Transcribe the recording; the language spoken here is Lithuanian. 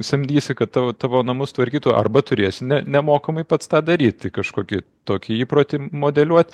samdysi kad tavo tavo namus tvarkytų arba turėsi ne nemokamai pats tą daryti kažkokį tokį įprotį modeliuot